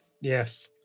Yes